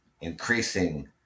increasing